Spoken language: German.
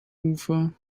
ufer